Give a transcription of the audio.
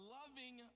loving